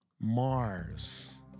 Mars